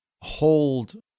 hold